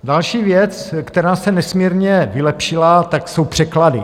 Další věc, která se nesmírně vylepšila, tak jsou překlady.